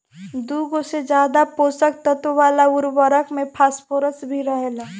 दुगो से ज्यादा पोषक तत्व वाला उर्वरक में फॉस्फोरस भी रहेला